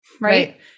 Right